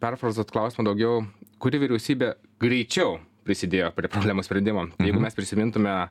perfrazuot klausimą daugiau kuri vyriausybė greičiau prisidėjo prie problemų sprendimo jeigu mes prisimintume